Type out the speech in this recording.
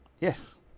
yes